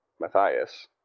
Matthias